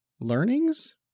learnings